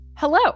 Hello